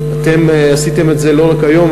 אתם עשיתם את זה לא רק היום,